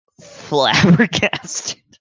flabbergasted